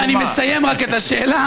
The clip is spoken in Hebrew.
אני מסיים רק את השאלה,